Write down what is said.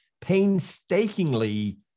painstakingly